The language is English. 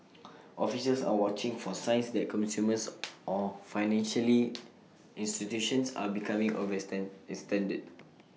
officials are watching for signs that or financially institutions are becoming extended